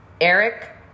Eric